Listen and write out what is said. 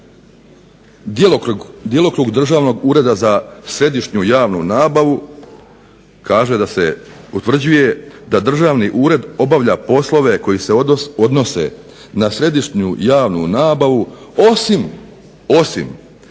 djelokrug Državnog ureda za središnju javnu nabavu kaže da se utvrđuje da Državni ured obavlja poslove koji se odnose na središnju javnu nabavu, osim